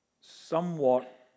somewhat